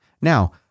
Now